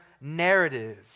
narrative